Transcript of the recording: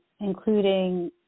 including